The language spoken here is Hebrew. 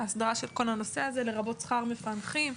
ההסדרה של כל הנושא הזה לרבות שכר מפענחים.